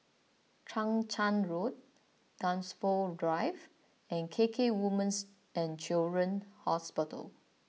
Chang Charn Road Dunsfold Drive and K K Women's and Children's Hospital